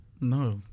No